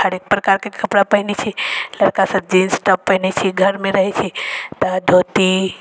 हरेक प्रकारके कपड़ा पहिनै छै लड़का सब जीन्स टॉप पहिनै छै घरमे रहै छै तऽ धोती